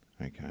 okay